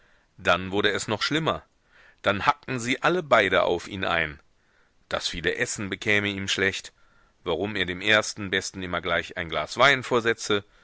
dann wurde es noch schlimmer dann hackten sie alle beide auf ihn ein das viele essen bekäme ihm schlecht warum er dem ersten besten immer gleich ein glas wein vorsetze